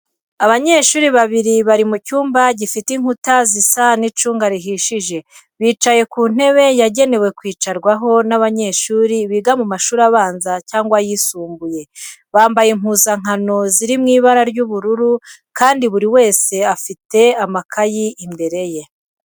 Abanyeshuri bibiri bari mu cyumba gifite inkuta zisa n'icunga rihishije, bicaye ku ntebe yagenewe kwicarwaho n'abanyeshuri biga mu mashuri abanza cyangwa ayisumbuye. Bambaye impuzankano ziri mu ibara ry'ubururu kandi buri wese afite amakaye imbere ye.